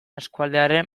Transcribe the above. eskualdearen